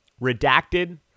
redacted